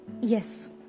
yes